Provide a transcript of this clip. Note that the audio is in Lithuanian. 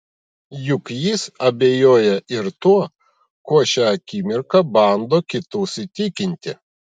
juk jis abejoja ir tuo kuo šią akimirką bando kitus įtikinti